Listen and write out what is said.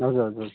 हजुर हुजुर